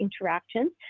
interactions